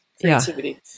creativity